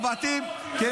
איפה, אתה אמיתי, לדבר ככה?